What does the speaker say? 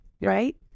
right